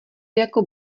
jako